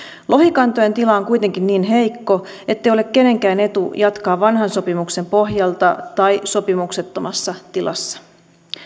lohikantojen tila on kuitenkin niin heikko ettei ole kenenkään etu jatkaa vanhan sopimuksen pohjalta tai sopimuksettomassa tilassa